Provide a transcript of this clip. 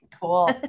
Cool